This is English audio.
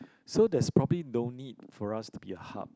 so there's probably no need for us to be a hub